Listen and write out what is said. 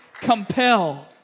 Compel